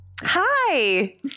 Hi